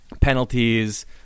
penalties